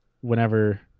whenever